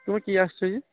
ତୁମେ କିଏ ଆସିଛ୍ କି